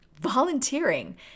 volunteering